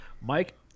Mike